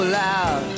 loud